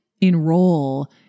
enroll